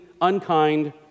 unkind